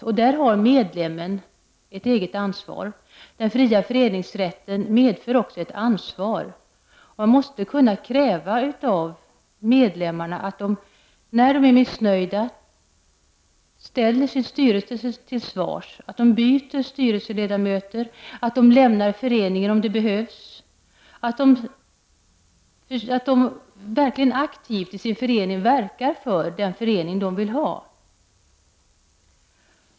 Där har medlemmarna ett eget ansvar. Den fria föreningsrätten medför också ansvar. Man måste kunna kräva av medlemmarna att de, när de är missnöjda, ställer sin styrelse till svars, att de byter styrelseledamöter, att de lämnar föreningen om det behövs, att de verkligt aktivt i sin förening verkar för den sorts förening de vill ha.